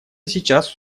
сейчас